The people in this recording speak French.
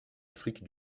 afrique